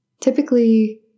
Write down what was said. typically